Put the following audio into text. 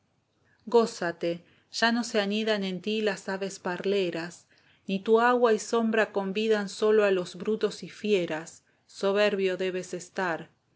gózate ya no se anidan en tí las aves parleras ni tu agua y sombra convidan sólo a los brutos y fieras soberbio debes estar